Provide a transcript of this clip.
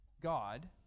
God